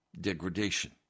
degradation